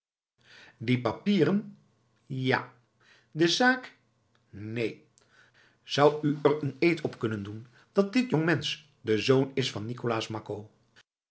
die papieren ja de zaak neen zou u er een eed op kunnen doen dat dit jongmensch de zoon is van nicolaas makko